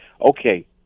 okay